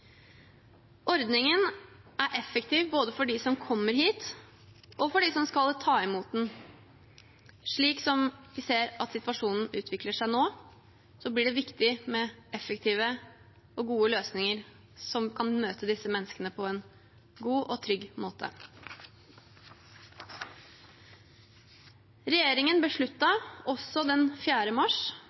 Ordningen er effektiv både for dem som kommer hit, og for dem som skal ta imot dem. Slik vi ser situasjonen utvikle seg nå, blir det viktig med effektive og gode løsninger som kan møte disse menneskene på en god og trygg måte. Regjeringen besluttet, også den 4. mars,